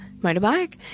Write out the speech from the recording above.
motorbike